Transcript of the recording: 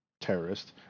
terrorist